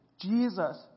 Jesus